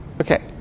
Okay